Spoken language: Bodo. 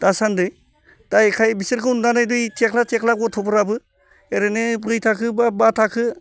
दासान्दि दा एखाय बिसोरखौ नुनानै ऐ थेख्ला थेख्ला गथ'फोराबो ओरैनो ब्रै थाखो एबा बा थाखो